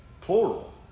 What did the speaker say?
plural